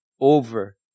over